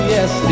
Yes